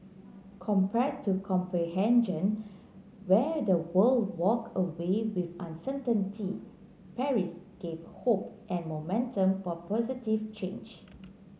compared to Copenhagen where the world walked away with uncertainty Paris gave hope and momentum for positive change